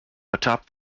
atop